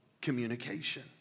communication